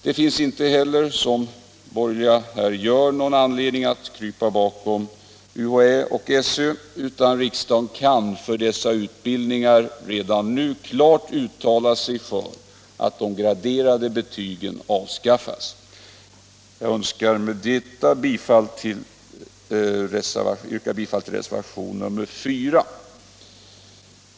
Det finns inte heller någon anledning att, som de borgerliga här gör, krypa bakom UHÄ och SÖ, utan riksdagen kan när det gäller dessa utbildningar redan nu klart uttala sig för att de graderade betygen skall avskaffas. Jag yrkar därmed bifall till reservationen 4.